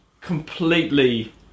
completely